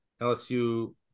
LSU